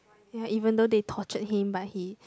ya even though they tortured him but he